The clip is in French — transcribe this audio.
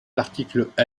l’article